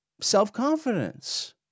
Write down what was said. Self-confidence